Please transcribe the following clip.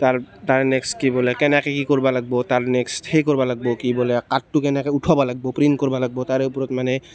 তাৰ তাৰ নেক্সট কি বোলে কেনেকৈ কি কৰিব লাগিব তাৰ নেক্সট সেই কৰিব লাগিব কি বোলে কাঠটো কেনেকৈ উঠাব লাগিব প্ৰিণ্ট কৰিব লাগিব তাৰে ওপৰত মানে